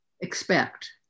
expect